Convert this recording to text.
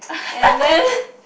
and then